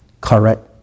Correct